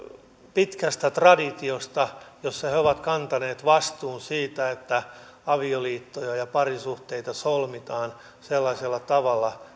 pitkästä traditiosta jossa he he ovat kantaneet vastuun siitä että avioliittoja ja parisuhteita solmitaan sellaisella tavalla